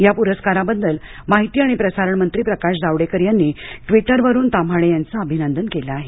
या पुरस्काराबद्दल माहिती अणि प्रसारण मंत्री प्रकाश जावडेकर यांनी ट्वीटरवरून ताम्हाणे यांचं अभिनंदन केलं आहे